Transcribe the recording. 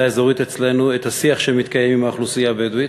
האזורית אצלנו את השיח שמתקיים עם האוכלוסייה הבדואית,